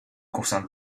concerne